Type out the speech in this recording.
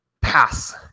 pass